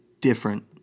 different